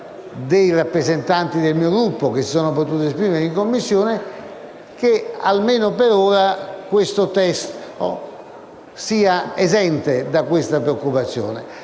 dei rappresentanti del mio Gruppo che hanno potuto esprimersi in Commissione - che almeno per ora questo testo sia esente da questa preoccupazione.